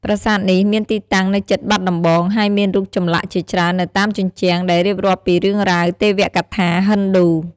ប្រាសាទនេះមានទីតាំងនៅជិតបាត់ដំបង ហើយមានរូបចម្លាក់ជាច្រើននៅតាមជញ្ជាំង ដែលរៀបរាប់ពីរឿងរ៉ាវទេវកថាហិណ្ឌូ។